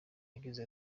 yagize